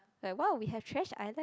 like !wow! we have trash island